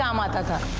um ah daughter